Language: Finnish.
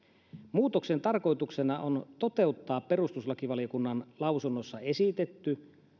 muutoksen tarkoituksena on toteuttaa perustuslakivaliokunnan lausunnossa esitetty